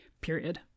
Period